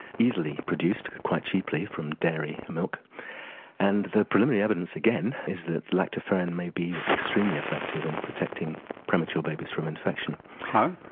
easily produced, quite cheaply from dairy milk and the preliminary evidence again is that lactoferrin may be extremely effective in protecting premature babies from infection. how?